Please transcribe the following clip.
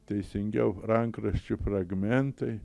teisingiau rankraščių fragmentai